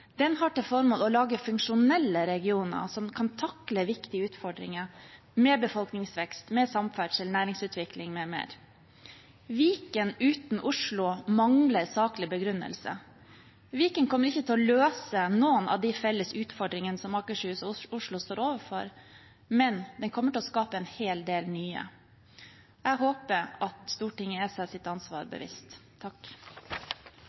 Den har til formål å lage funksjonelle regioner, som kan takle viktige utfordringer med befolkningsvekst, med samferdsel, med næringsutvikling m.m. Viken uten Oslo mangler saklig begrunnelse. Viken kommer ikke til å løse noen av de felles utfordringene som Akershus og Oslo står overfor, men den kommer til å skape en hel del nye. Jeg håper at Stortinget er seg sitt ansvar